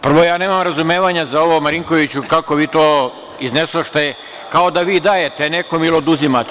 Prvo, ja nemam razumevanja za ovo, Marinkoviću, kako vi to iznesoste kao da vi dajete nekome ili oduzimate.